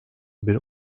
bir